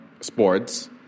sports